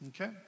Okay